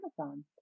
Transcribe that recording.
Amazon